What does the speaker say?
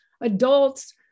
adults